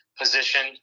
position